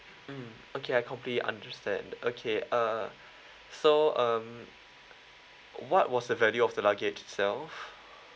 mm okay I completely understand okay uh so um what was the value of the luggage itself